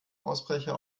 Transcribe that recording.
ausbrecher